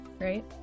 right